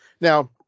Now